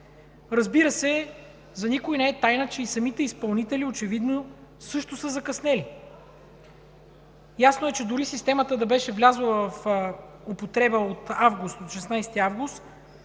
Разбира се, за никой не е тайна, че и самите изпълнители очевидно също са закъснели. Ясно е, че дори системата да беше влязла в употреба от 16 август,